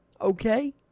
okay